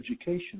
education